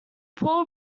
poor